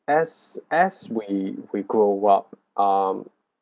as as we we grow up um